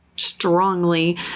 strongly